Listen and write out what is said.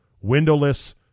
windowless